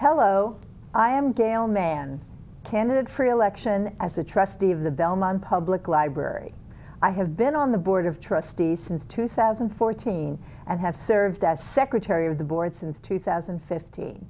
hello i am gail mann candidate for election as a trustee of the bellman public library i have been on the board of trustees since two thousand and fourteen and have served as secretary of the board since two thousand